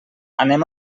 anem